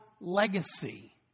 legacy